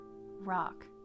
rock